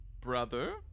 brother